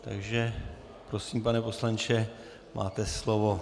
Takže prosím, pane poslanče, máte slovo.